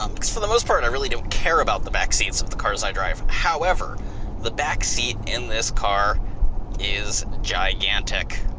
um because for the most part i really don't care about the back seats of the cars i drive. however the back seat in this car is gigantic.